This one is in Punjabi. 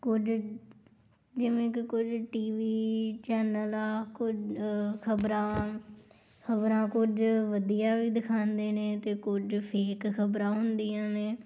ਕੁਝ ਜਿਵੇਂ ਕਿ ਕੁਝ ਟੀ ਵੀ ਚੈਨਲ ਆ ਕੁਝ ਖ਼ਬਰਾਂ ਖ਼ਬਰਾਂ ਕੁਝ ਵਧੀਆ ਵੀ ਦਿਖਾਉਂਦੇ ਨੇ ਅਤੇ ਕੁਝ ਫੇਕ ਖ਼ਬਰਾਂ ਹੁੰਦੀਆਂ ਨੇ